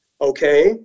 Okay